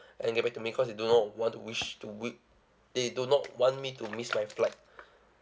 and get back to me cause they do not know want to wish to we~ they do not want me to miss my flight